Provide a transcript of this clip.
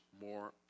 more